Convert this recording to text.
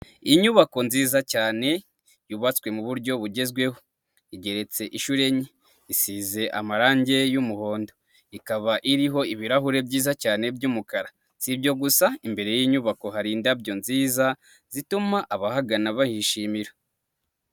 Inyubako nziza cyane yubatswe mu buryo bugezweho, igeretse inshuro enye, isize amarangi y'umuhondo, ikaba iriho ibirahuri byiza cyane by'umukara, si byo gusa imbere y'inyubako hari indabyo nziza zituma abahagana bahishimira.